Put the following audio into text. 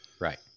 Right